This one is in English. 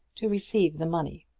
to receive the money.